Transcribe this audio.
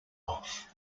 off